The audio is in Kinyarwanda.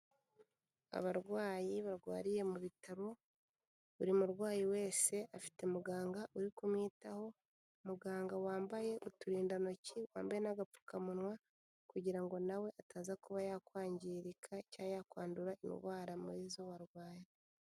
Abarwayi barwariye mu bitaro, buri murwayi wese afite muganga uri kumwitaho, muganga wambaye uturindantoki, wambaye n'agapfukamunwa, kugira ngo nawe ataza kuba yakwangirika, cyangwa yakwandura indwara muri izo barwaye.